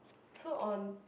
so on